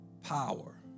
Power